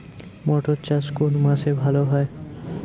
মটর চাষ কোন মাসে ভালো হয়?